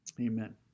amen